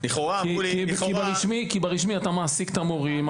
כי ברשמי אתה מעסיק את המורים,